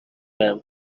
بهم